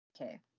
okay